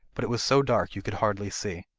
but it was so dark you could hardly see.